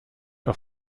auf